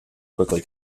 quickly